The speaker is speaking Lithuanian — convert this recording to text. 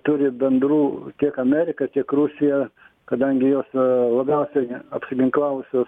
turi bendrų tiek amerika tiek rusija kadangi jos labiausiai apsiginklavusios